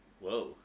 Whoa